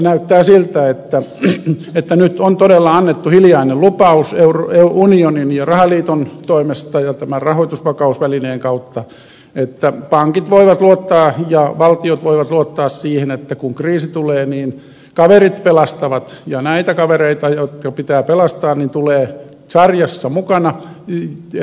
näyttää siltä että nyt on todella annettu hiljainen lupaus unionin ja rahaliiton toimesta ja tämän rahoitusvakausvälineen kautta että pankit ja valtiot voivat luottaa siihen että kun kriisi tulee niin kaverit pelastavat ja näitä kavereita jotka pitää pelastaa tulee sarjassa mukana lähiaikoina